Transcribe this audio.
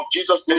Jesus